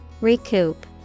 Recoup